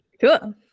Cool